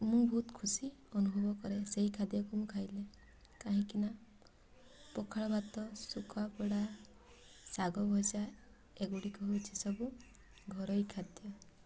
ମୁଁ ବହୁତ ଖୁସି ଅନୁଭବ କରେ ସେଇ ଖାଦ୍ୟକୁ ମୁଁ ଖାଇଲେ କାହିଁକିନା ପଖାଳ ଭାତ ଶୁଖୁଆପୋଡ଼ା ଶାଗ ଭଜା ଏଗୁଡ଼ିକ ହେଉଛି ସବୁ ଘରୋଇ ଖାଦ୍ୟ